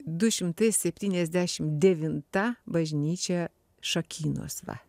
du šimtai septyniasdešim devinta bažnyčia šakynos va